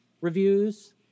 reviews